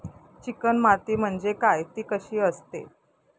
Chicken माती म्हणजे काय? ति कशी असते?